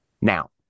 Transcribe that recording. Now